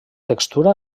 textura